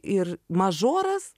ir mažoras